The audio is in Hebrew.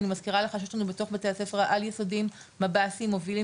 אני מזכירה לך שיש לנו בתוך בתי הספר העל יסודיים מב"סים מובילים